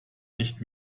nicht